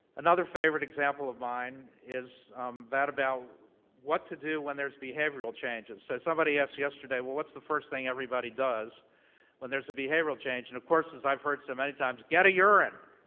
another favorite example of mine is that about what to do when there's behavioral changes. and so, somebody asked yesterday, well, what's the first thing everybody does when there's a behavioral change? and, of course, as i've heard so many times, get a urine!